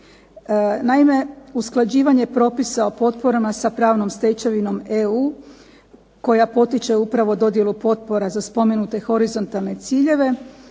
Naime, usklađivanje propisa o potporama sa pravnom stečevinom EU koja potiče upravo dodjelu potpora za spomenute horizontalne ciljeve,